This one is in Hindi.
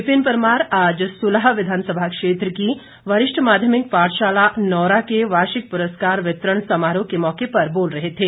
विपिन परमार आज सुलह विधानसभा क्षेत्र की वरिष्ठ माध्यमिक पाठशाला नौरा के वार्षिक पुरस्कार वितरण समारोह के मौके पर बोल रहे थे